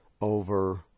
over